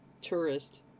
tourist